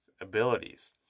abilities